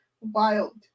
Wild